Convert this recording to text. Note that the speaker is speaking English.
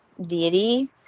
deity